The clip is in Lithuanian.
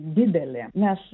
didelė nes